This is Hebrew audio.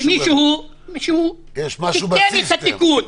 שמישהו תיקן את התיקון.